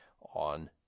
on